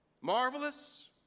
Marvelous